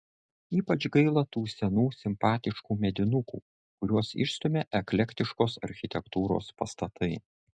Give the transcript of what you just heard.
ypač gaila tų senų simpatiškų medinukų kuriuos išstumia eklektiškos architektūros pastatai